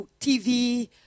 TV